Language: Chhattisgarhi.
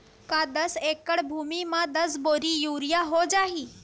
का दस एकड़ भुमि में दस बोरी यूरिया हो जाही?